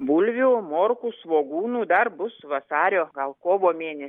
bulvių morkų svogūnų dar bus vasario gal kovo mėnesį